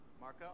Marco